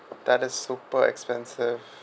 that is super expensive